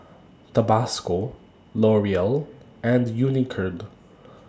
Tabasco L'Oreal and Unicurd